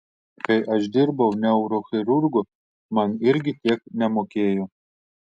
kai aš dirbau neurochirurgu man irgi tiek nemokėjo